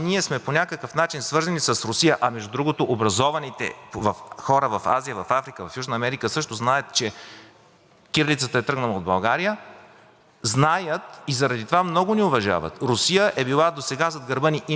кирилицата е тръгнала от България – знаят и заради това много ни уважават. Русия е била досега зад гърба ни и не заради друго, а заради руския народ. Той има чувства към нас. Защо да губим това отношение?! Нямате отговор.